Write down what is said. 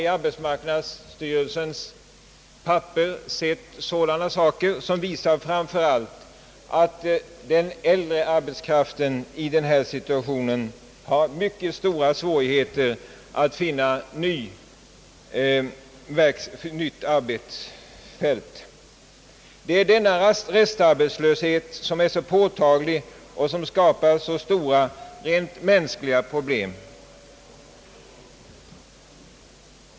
I arbetsmarknadsstyrelsens papper har jag funnit uppgifter som tyder på att framför allt den äldre arbetskraften har mycket stora svårigheter att i denna situation komma över till nya arbetsfält. Det är denna restarbetslöshet som är så påtaglig och skapar så stora rent mänskliga problem.